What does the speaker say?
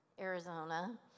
Arizona